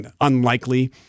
unlikely